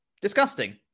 Disgusting